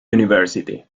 university